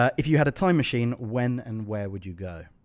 um if you had a time machine, when and where would you go?